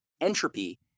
entropy